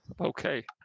Okay